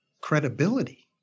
credibility